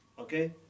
Okay